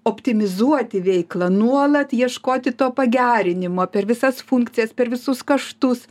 optimizuoti veiklą nuolat ieškoti to pagerinimo per visas funkcijas per visus kaštus